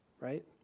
Right